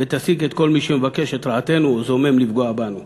ותשיג את כל מי שמבקש את רעתנו או זומם לפגוע בנו.